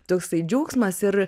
toksai džiaugsmas ir